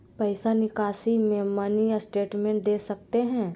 पैसा निकासी में मिनी स्टेटमेंट दे सकते हैं?